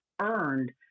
earned